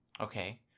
Okay